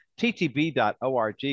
ttb.org